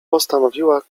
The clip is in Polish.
postanowiła